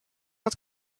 not